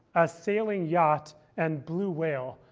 a sailing yacht, and blue whale,